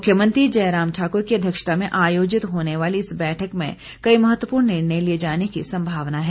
मुख्यमंत्री जयराम ठाकुर की अध्यक्षता में आयोजित होने वाली इस बैठक में कई महत्वपूर्ण निर्णय लिए जाने की संभावना है